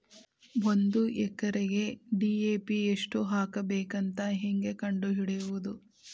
ಒಂದು ಎಕರೆಗೆ ಡಿ.ಎ.ಪಿ ಎಷ್ಟು ಹಾಕಬೇಕಂತ ಹೆಂಗೆ ಕಂಡು ಹಿಡಿಯುವುದು?